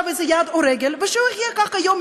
איזה יד או רגל ושהוא יחיה ככה איזה יום,